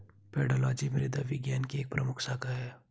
pedology मृदा विज्ञान की एक प्रमुख शाखा है